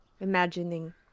imagining